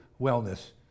wellness